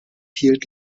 hielt